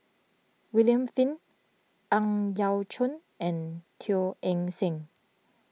William Flint Ang Yau Choon and Teo Eng Seng